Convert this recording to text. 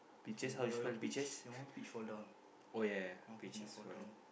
k your your peach your one peach fall down my peach never fall down